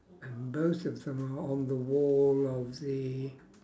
and both of them are on the wall of the